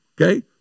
Okay